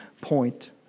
point